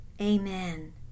Amen